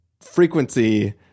frequency